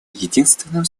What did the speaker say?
единственным